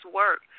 work